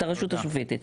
את הרשות השופטת.